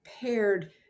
paired